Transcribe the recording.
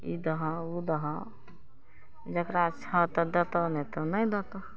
ई दहऽ ओ दहऽ जेकरा छऽ तऽ देतऽ नहि तऽ नहि देतऽ